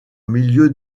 milieu